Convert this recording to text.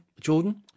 Jordan